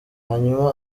hanyuma